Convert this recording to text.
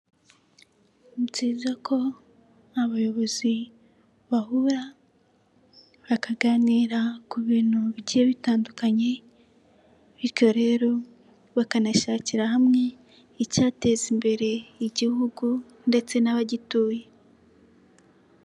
Ni byiza ko abayobozi bahura bakaganira ku bintu bigiye bitandukanye bityo rero bakanashakira hamwe icyateza imbere igihugu ndetse n'abagituye.